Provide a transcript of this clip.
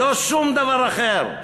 לא שום דבר אחר,